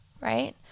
right